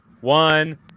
one